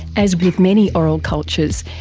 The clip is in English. as with many oral cultures,